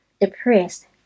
depressed